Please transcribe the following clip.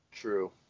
true